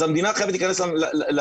אז המדינה חייבת להיכנס לתוך